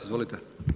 Izvolite.